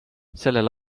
sellel